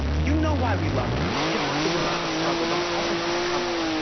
you know why we love it. hip-hop is about the struggle, but it's also about the come-up.